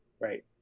Right